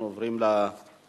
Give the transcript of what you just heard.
אנחנו עוברים להצבעה.